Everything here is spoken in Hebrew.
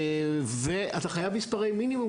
אתה חייב מספרי מינימום,